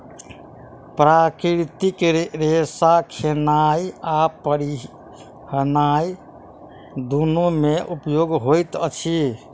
प्राकृतिक रेशा खेनाय आ पहिरनाय दुनू मे उपयोग होइत अछि